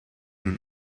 nun